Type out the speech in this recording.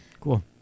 Cool